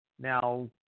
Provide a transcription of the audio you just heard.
Now